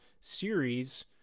series